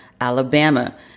Alabama